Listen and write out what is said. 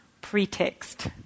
pretext